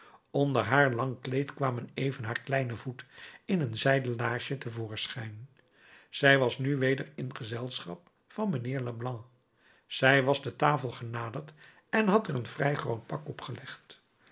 onder haar lang kleed kwam even haar kleine voet in een zijden laarsje te voorschijn zij was ook nu weder in gezelschap van mijnheer leblanc zij was de tafel genaderd en had er een vrij groot pak